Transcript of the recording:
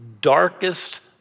darkest